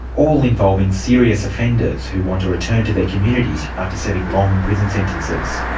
all involving serious offenders who want to return to their communities after serving long prison sentences.